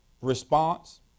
response